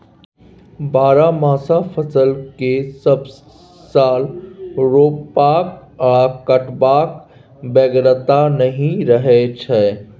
बरहमासा फसल केँ सब साल रोपबाक आ कटबाक बेगरता नहि रहै छै